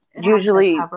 usually